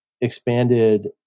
expanded